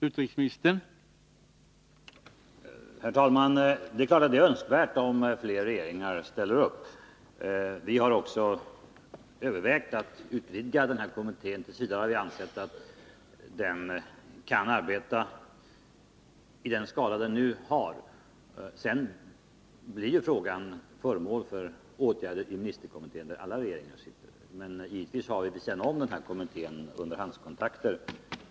Herr talman! Det är klart att det är önskvärt att fler regeringar ställer upp. Vi har också övervägt att utvidga den här kommittén. Men t. v. har vi ansett att den kan arbeta med de medlemmar den nu har. Sedan blir frågan föremål för åtgärder i ministerkommittén, där alla regeringar är representerade. Givetvis har vi vid sidan av kommittén underhandskontakter.